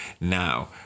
Now